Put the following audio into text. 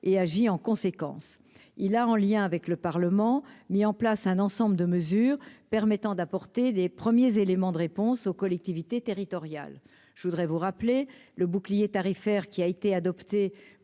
et agit en conséquence, il a en lien avec le Parlement, mis en place un ensemble de mesures permettant d'apporter les premiers éléments de réponse aux collectivités territoriales, je voudrais vous rappeler le bouclier tarifaire qui a été adoptée